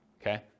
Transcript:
okay